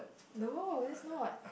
no that's not